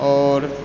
आओर